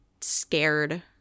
scared